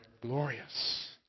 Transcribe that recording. glorious